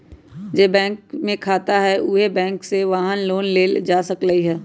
जे बैंक में खाता हए उहे बैंक से वाहन लोन लेल जा सकलई ह